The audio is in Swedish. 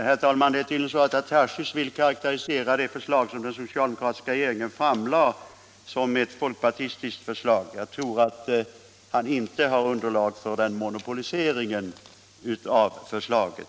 Herr talman! Det är tydligen så att herr Tarschys vill karakterisera det förslag som den socialdemokratiska regeringen lagt fram som ett folkpartistiskt förslag. Jag tror inte att han har underlag för en sådan monopolisering av förslaget.